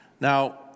Now